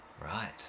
Right